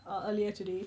uh earlier today